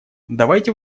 давайте